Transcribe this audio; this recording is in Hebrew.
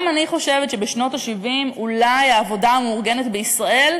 גם אני חושבת שבשנות ה-70 אולי העבודה המאורגנת בישראל,